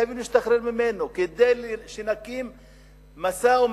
חייבים להשתחרר ממנו כדי שנקיים משא-ומתן,